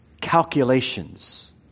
calculations